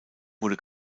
wurde